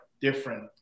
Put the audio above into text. different